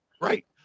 right